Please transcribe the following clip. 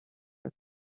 were